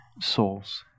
souls